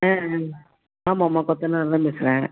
ஆ ஆ ஆமாம்மா கொத்தனாரு தான் பேசுகிறேன்